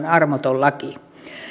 armoton laki